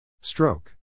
Stroke